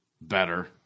better